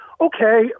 okay